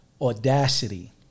Audacity